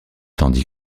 tandis